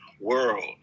world